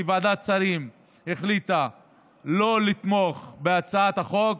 כי ועדת שרים החליטה לא לתמוך בהצעת החוק.